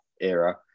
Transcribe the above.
era